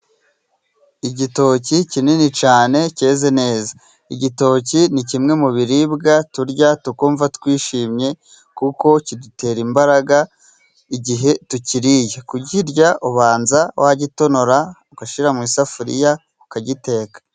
Igitoki kinini cyane cyeze neza, igitoki ni kimwe mu biribwa turya tukumva twishimye kuko kidutera imbaraga igihe tukiriye. Kugirya, ubanza wagitonora ugashyira mu isafuriya, ukagiteka.